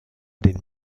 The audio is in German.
den